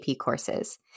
courses